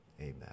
amen